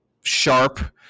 sharp